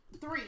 three